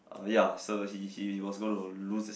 uh ya so he he was going to lose a seat